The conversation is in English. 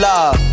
Love